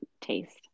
taste